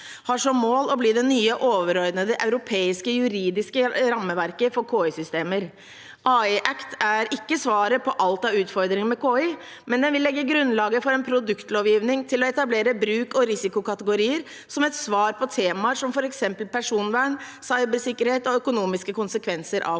har som mål å bli det nye overordnede europeiske juridiske rammeverket for KI-systemer. AI Act er ikke svaret på alt av utfordringer med KI, men den vil legge grunnlaget for en produktlovgivning til å etablere bruk- og risikokategorier som et svar på temaer som f.eks. personvern, cybersikkerhet og økonomiske konsekvenser av